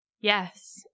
yes